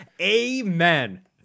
amen